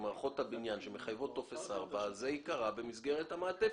למערכות הבניין שמחייבות טופס ארבע ייקבע במסגרת המעטפת.